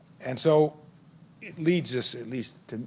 and so it leads us at least